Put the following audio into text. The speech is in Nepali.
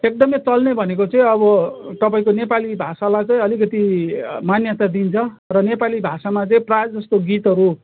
एकदमै चल्ने भनेको चाहिँ अब तपाईँको नेपाली भाषालाई चाहिँ अलिकति मान्यता दिइन्छ र नेपाली भाषामा चाहिँ प्राय जस्तो गीतहरू